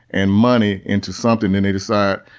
and money into something and they decide,